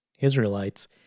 israelites